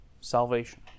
salvation